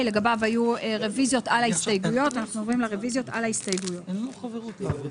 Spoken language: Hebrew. רוויזיה על הקודמת.